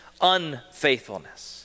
unfaithfulness